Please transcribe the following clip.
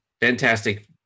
fantastic